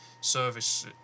service